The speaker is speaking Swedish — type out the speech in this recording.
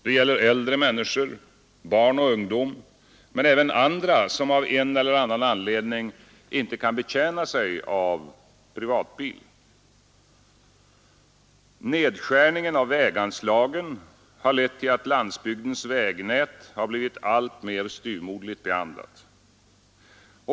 Det gäller äldre människor samt barn och ungdom men även andra som av en eller annan anledning inte kan betjäna sig av privatbil. Nedskärningen av väganslagen har lett till att landsbygdens vägnät blivit alltmer styvmoderligt behandlat.